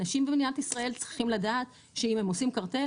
אנשים במדינת ישראל צריכים לדעת שאם הם עושים קרטל,